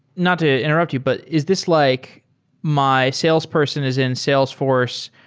not to interrupt you, but is this like my salesperson is in salesforce.